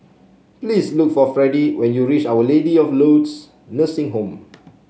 please look for Fredie when you reach Our Lady of Lourdes Nursing Home